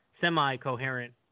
semi-coherent